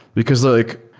because like,